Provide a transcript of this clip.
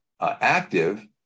active